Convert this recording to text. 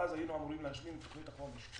ואז היינו אמורים להשלים את תוכנית החומש.